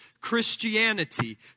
Christianity